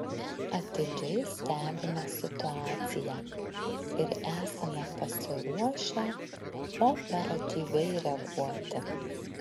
atidžiai stebime situaciją ir esame pasiruošę operatyviai reaguoti